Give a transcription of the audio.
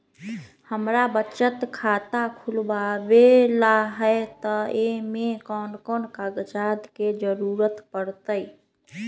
हमरा बचत खाता खुलावेला है त ए में कौन कौन कागजात के जरूरी परतई?